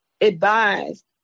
advised